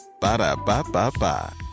Ba-da-ba-ba-ba